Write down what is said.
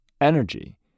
energy